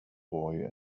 boy